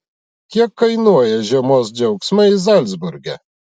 kiek kainuoja žiemos džiaugsmai zalcburge